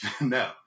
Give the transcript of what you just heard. No